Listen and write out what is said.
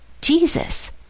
Jesus